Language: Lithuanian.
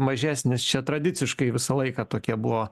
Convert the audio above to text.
mažesnis čia tradiciškai visą laiką tokie buvo